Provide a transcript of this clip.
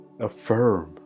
affirm